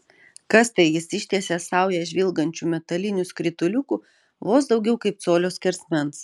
kas tai jis ištiesė saują žvilgančių metalinių skrituliukų vos daugiau kaip colio skersmens